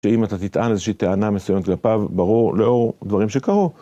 שאם אתה תטען איזושהי טענה מסוימת כלפיו, ברור לאור דברים שקרו,